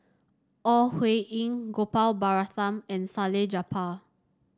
Ore Huiying Gopal Baratham and Salleh Japar